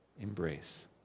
embrace